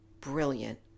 brilliant